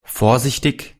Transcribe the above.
vorsichtig